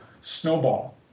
snowball